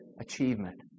achievement